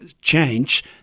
change